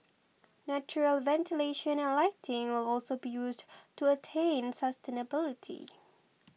natural ventilation and lighting will also be used to attain sustainability